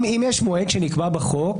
אם יש מועד שנקבע בחוק,